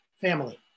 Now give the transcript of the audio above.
family